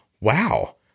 wow